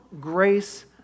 grace